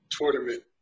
tournament